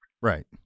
Right